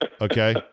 Okay